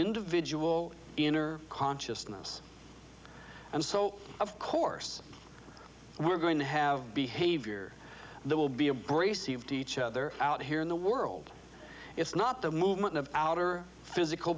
individual inner consciousness and so of course we're going to have behavior that will be abrasive to each other out here in the world it's not the movement of outer physical